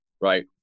right